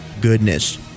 goodness